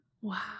Wow